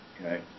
okay